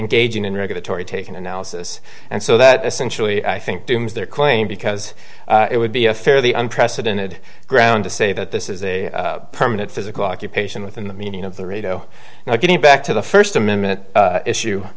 engaging in regulatory taken analysis and so that essentially i think dooms their claim because it would be a fairly unprecedented ground to say that this is a permanent physical occupation within the meaning of the raido now getting back to the first amendment issue